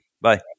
Bye